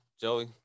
Joey